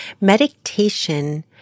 Meditation